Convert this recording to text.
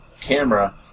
camera